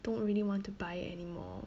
don't really want to buy anymore